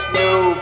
new